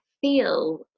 feel